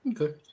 Okay